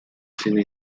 cine